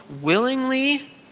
willingly